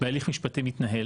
בהליך משפטי מתנהל.